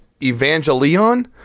Evangelion